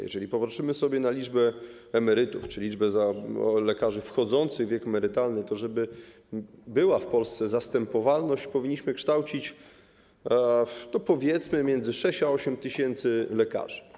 Jeżeli popatrzymy sobie na liczbę emerytów czy liczbę lekarzy wchodzących w wiek emerytalny, to żeby była w Polsce zastępowalność, powinniśmy kształcić, powiedzmy, między 6 a 8 tys. lekarzy.